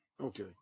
Okay